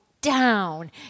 down